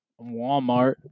Walmart